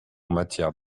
matière